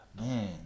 Man